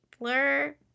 blur